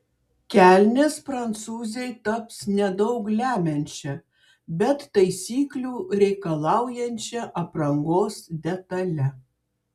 kelnės prancūzei taps nedaug lemiančia bet taisyklių reikalaujančia aprangos detale